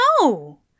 No